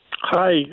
Hi